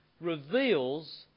reveals